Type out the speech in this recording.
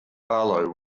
barlow